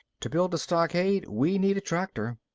to build a stockade, we need a tractor.